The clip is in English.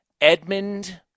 Edmund